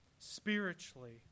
spiritually